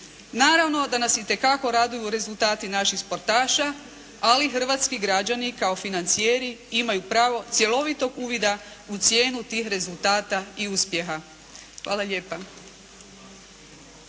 Naravno da nas itekako raduju rezultati naših sportaša ali hrvatski građani kao financijeri imaju pravo cjelovitog uvida u cijenu tih rezultata i uspjeha. Hvala lijepa.